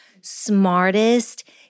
smartest